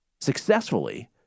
successfully